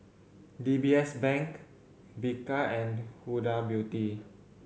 D B S Bank Bika and Huda Beauty